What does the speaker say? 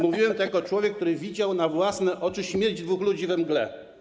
Mówiłem to jako człowiek, który widział na własne oczy śmierć dwóch ludzi we mgle.